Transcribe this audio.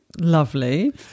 Lovely